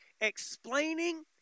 explaining